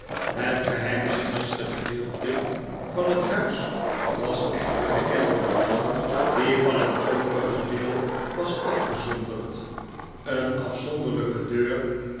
het geheimzinnigste gedeelte van het huis was echter de kelder die van het overige deel was afgezonderd een afzonderlijke deur